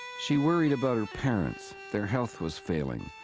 she worried about her parents. their health was failing,